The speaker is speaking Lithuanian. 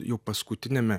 jau paskutiniame